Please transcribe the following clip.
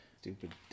Stupid